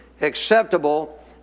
acceptable